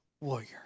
warrior